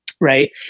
right